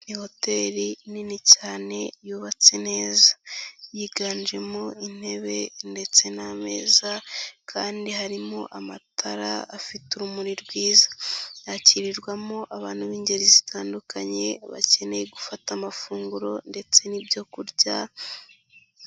Iyi hoteri nini cyane yubatse neza, yiganjemo intebe ndetse nmeza kandi harimo amatara afite urumuri rwiza, yakirirwamo abantu b'ingeri zitandukanye bakeneye gufata amafunguro ndetse n'ibyo kurya.